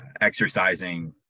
exercising